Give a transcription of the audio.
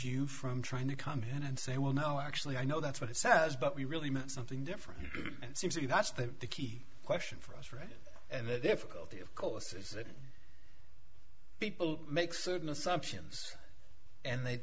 you from trying to come in and say well no actually i know that's what it says but we really meant something different and see that's the key question for us right and the difficulty of course is that people make certain assumptions and the